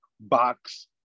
box